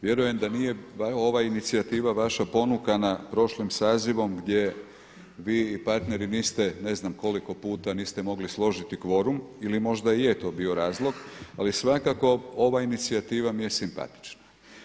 Vjerujem da je ova inicijativa vaša ponukana prošlim sazivom gdje vi i partneri niste ne znam koliko puta niste mogli složiti kvorum ili možda i je to bio razlog ali svakako ova inicijativa mi je simpatična.